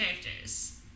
characters